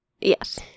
Yes